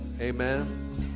amen